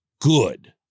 good